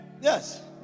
Yes